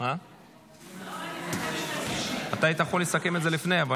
אתה היית יכול לסכם את זה לפני כן,